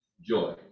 Joy